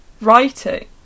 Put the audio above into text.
writing